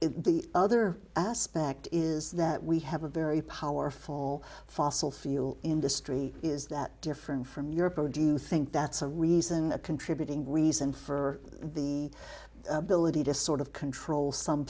so the other aspect is that we have a very powerful fossil fuel industry is that different from europe or do you think that's a reason contributing reason for the ability to sort of control some